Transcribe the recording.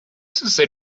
said